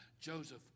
Joseph